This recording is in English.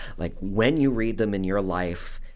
like when you read them in your life,